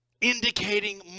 indicating